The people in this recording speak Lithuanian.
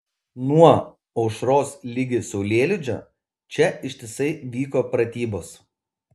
nuo aušros ligi saulėlydžio čia ištisai vyko pratybos